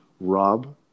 Rob